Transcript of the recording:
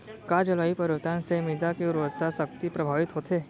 का जलवायु परिवर्तन से मृदा के उर्वरकता शक्ति प्रभावित होथे?